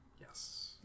Yes